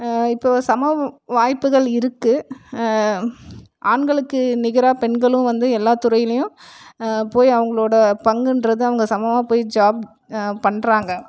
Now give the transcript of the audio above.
இப்போது சம வாய்ப்புகள் இருக்குது ம் ஆண்களுக்கு நிகராக பெண்களும் வந்து எல்லாத்துறையிலையும் போய் அவங்களோட பங்குன்றது அவங்க சமமாக போய் ஜாப் பண்ணுறாங்க